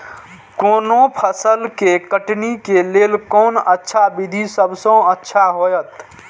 कोनो फसल के कटनी के लेल कोन अच्छा विधि सबसँ अच्छा होयत?